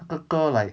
它的歌 like